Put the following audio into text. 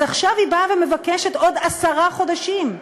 אז עכשיו היא באה ומבקשת עוד עשרה חודשים,